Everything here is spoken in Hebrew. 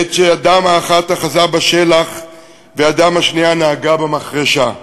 בעת שידם האחת אחזה בשלח וידם השנייה נהגה במחרשה.